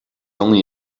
only